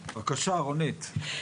בבקשה, רונית.